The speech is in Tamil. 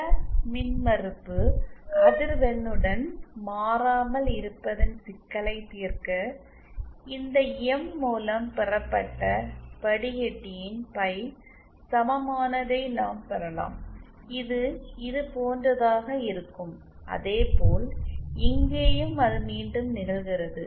பட மின்மறுப்பு அதிர்வெண்ணுடன் மாறாமல் இருப்பதன் சிக்கலைத் தீர்க்க இந்த எம் மூலம் பெறப்பட்ட வடிகட்டியின் பை சமமானதை நாம் பெறலாம் இது இதுபோன்றதாக இருக்கும் அதேபோல் இங்கேயும் அது மீண்டும் நிகழ்கிறது